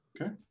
Okay